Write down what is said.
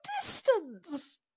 distance